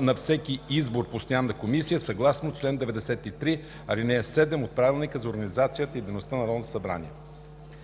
за всеки избор постоянна комисия, съгласно чл. 93, ал. 7 от Правилника за организацията и дейността на Народното събрание.